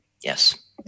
Yes